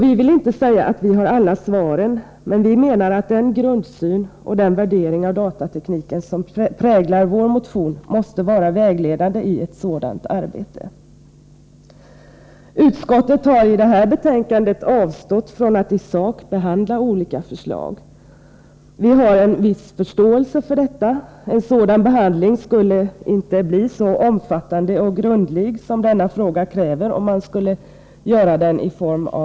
Vi vill inte säga att vi har alla svaren, men vi menar att den grundsyn och den värdering av datatekniken som präglar vår motion måste vara vägledande i ett sådant arbete. Utskottet har i detta betänkande avstått från att i sak behandla olika förslag. Vi har en viss förståelse för det — en utskottsbehandling skulle inte bli så omfattande och grundlig som denna fråga kräver.